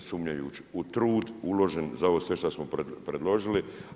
Ne sumnjajući u trud uložen za ovo sve što smo preložili.